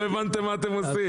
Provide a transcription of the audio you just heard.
לא הבנתם מה אתם עושים,